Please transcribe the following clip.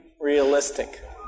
realistic